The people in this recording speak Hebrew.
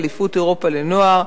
אליפות אירופה לנוער,